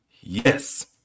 Yes